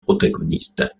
protagonistes